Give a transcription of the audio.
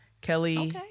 kelly